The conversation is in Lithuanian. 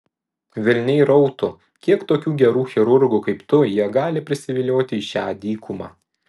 velniai rautų kiek tokių gerų chirurgų kaip tu jie gali prisivilioti į šią dykumą